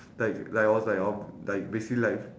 like like I was like I'll like basically like